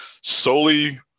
solely